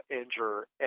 injure